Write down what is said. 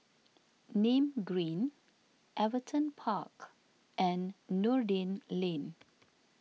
Nim Green Everton Park and Noordin Lane